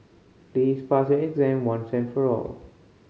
please pass your exam once and for all